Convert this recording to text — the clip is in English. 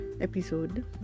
episode